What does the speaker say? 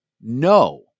No